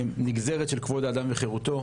נגזרת של כבוד האדם וחרותו,